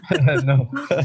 No